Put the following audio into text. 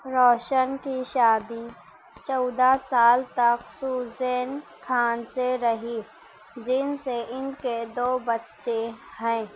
روشن کی شادی چودہ سال تک سوزین خان سے رہی جن سے ان کے دو بچے ہیں